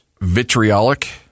vitriolic